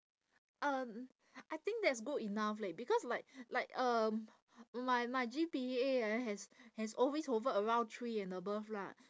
um I think that's good enough leh because like like um my my G_P_A ah has has always hovered around three and above lah